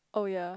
oh ya